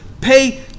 pay